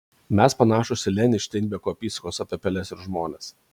mes panašūs į lenį iš steinbeko apysakos apie peles ir žmones